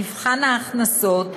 מבחן ההכנסות,